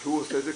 שהוא עושה את זה,